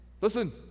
Listen